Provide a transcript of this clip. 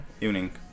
Evening